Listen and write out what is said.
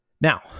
Now